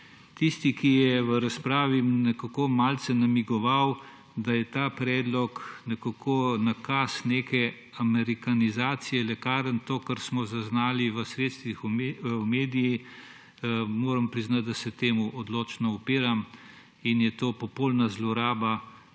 Tisti, ki je v razpravi nekako malce namigoval, da je ta predlog nekako nakaz neke amerikanizacije lekarn, to kar smo zaznali v sredstvih v medijih, moram priznati, da se temu odločno upiram. To popolna zloraba,